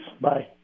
Bye